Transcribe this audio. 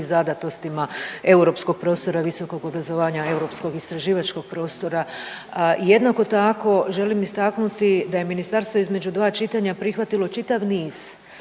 zadatostima europskog prostora visokog obrazovanja, europskog istraživačkog prostora. Jednako tako želim istaknuti da je ministarstvo između dva čitanja prihvatilo čitav niz